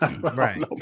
Right